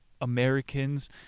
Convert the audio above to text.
Americans